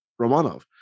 Romanov